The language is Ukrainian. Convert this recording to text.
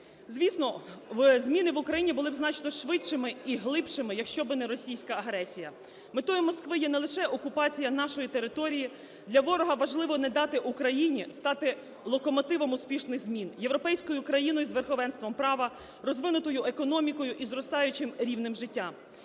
Звісно, зміни в Україні були б значно швидшими і глибшими, якщо би не російська агресія. Метою Москви є не лише окупація нашої території. Для ворога важливо не дати Україні стати локомотивом успішних змін, європейською країною з верховенством права, розвинутою економікою і зростаючим рівнем життя.